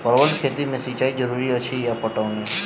परवल केँ खेती मे सिंचाई जरूरी अछि या पटौनी?